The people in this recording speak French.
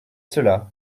cela